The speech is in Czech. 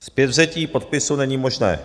Zpětvzetí podpisu není možné.